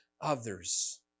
others